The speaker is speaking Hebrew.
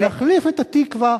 להחליף את "התקווה",